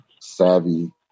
savvy